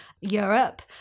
Europe